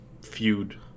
feud